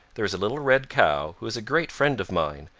there is a little red cow who is a great friend of mine,